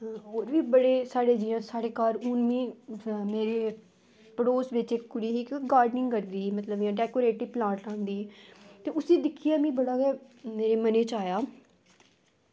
ते होर बी बड़े होर साढ़े जियां साढ़े घर दे पड़ेस बिच इक्क कुड़ी गार्डनिंग करदी ते ओह् डेकोरेटिव प्लांट होंदे ते उसी दिक्खियै गै मेरे मनै च आया